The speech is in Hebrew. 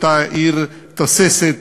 אותה עיר תוססת,